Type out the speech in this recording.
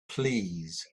please